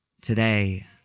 Today